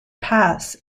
pass